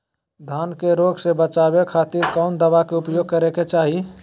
धान के रोग से बचावे खातिर कौन दवा के उपयोग करें कि चाहे?